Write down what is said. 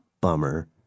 bummer